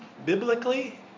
biblically